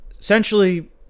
Essentially